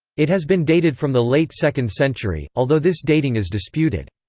it has been dated from the late second century, although this dating is disputed.